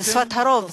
של שפת הרוב,